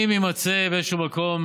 אם יימצא באיזשהו מקום